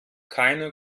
keine